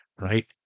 right